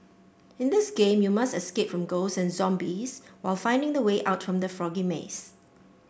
in this game you must escape from ghosts and zombies while finding the way out from the foggy maze